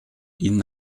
ihnen